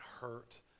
hurt